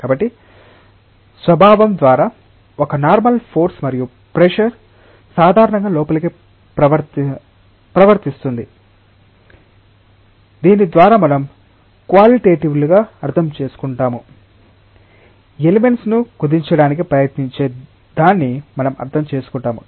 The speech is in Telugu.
కాబట్టి స్వభావం ద్వారా ఒక నార్మల్ ఫోర్స్ మరియు ప్రెషర్ సాధారణంగా లోపలికి ప్రవర్తిస్తుంది దీని ద్వారా మనం క్వాలిటెటివ్లి గా అర్థం చేసుకుంటాము ఎలిమెంట్స్ ను కుదించడానికి ప్రయత్నించే దాన్ని మనం అర్థం చేసుకుంటాము